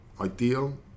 ideal